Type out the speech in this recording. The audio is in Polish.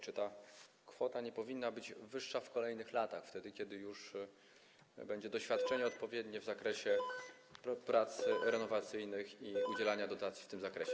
Czy ta kwota nie powinna być wyższa w kolejnych latach, wtedy kiedy już będzie odpowiednie doświadczenie w zakresie prac renowacyjnych i udzielania dotacji w tym zakresie?